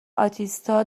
آتئیستا